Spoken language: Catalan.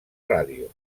ràdio